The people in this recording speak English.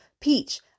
peach